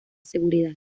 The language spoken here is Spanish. seguridad